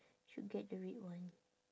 should get the red one